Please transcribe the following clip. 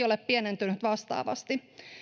ole pienentynyt vastaavasti